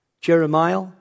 Jeremiah